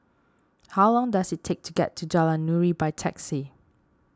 how long does it take to get to Jalan Nuri by taxi